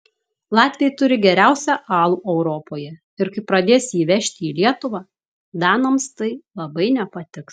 latviai turi geriausią alų europoje ir kai pradės jį vežti į lietuvą danams tai labai nepatiks